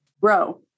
grow